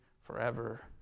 forever